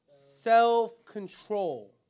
self-control